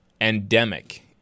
endemic